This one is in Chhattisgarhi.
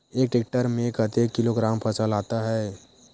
एक टेक्टर में कतेक किलोग्राम फसल आता है?